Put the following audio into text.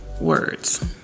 words